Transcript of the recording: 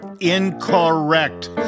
incorrect